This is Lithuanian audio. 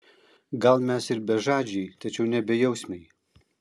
gal mes ir bežadžiai tačiau ne bejausmiai